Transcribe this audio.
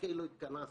לכך אני מסכים.